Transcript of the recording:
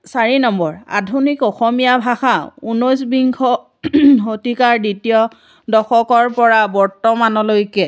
চাৰি নম্বৰ আধুনিক অসমীয়া ভাষা ঊনৈছ বিংশ শতিকাৰ দ্বিতীয় দশকৰ পৰা বৰ্তমানলৈকে